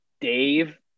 Dave